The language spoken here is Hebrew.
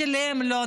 שילם לו,